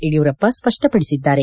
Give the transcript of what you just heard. Yediyurappa ಸ್ಪಷ್ವಪದಿಸಿದ್ದಾರೆ